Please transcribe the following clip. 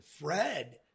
Fred